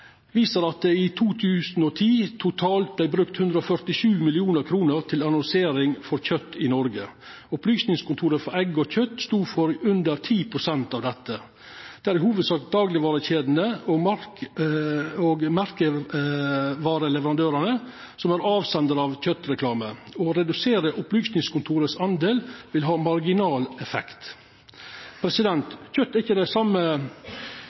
viser at det i 2010 vart brukt totalt 147 mill. kr til annonsering for kjøt i Noreg. Opplysningskontoret for egg og kjøt stod for under 10 pst. av dette. Det er i hovudsak daglegvarekjedene og merkevareleverandørane som er avsendarar av kjøtreklame. Å redusera delen til opplysningskontoret vil ha marginal effekt. Kjøt er ikkje det same